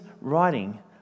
writing